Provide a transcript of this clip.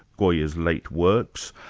goya's late works,